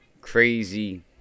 crazy